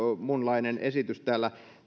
muunlainen esitys täällä